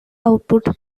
output